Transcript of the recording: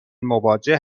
مواجه